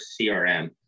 CRM